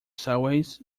sideways